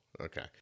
Okay